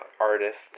artist